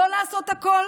שלא לעשות הכול